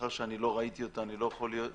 מאחר שלא ראיתי אותה אני יכול רק לשער,